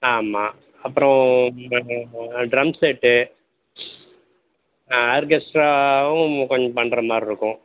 ஆமாம் அப்புறம் அந்த ட்ரம் செட்டு ஆர்கெஸ்ட்ராவும் கொஞ்சம் பண்ணுற மாதிரி இருக்கும்